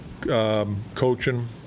Coaching